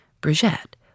Brigitte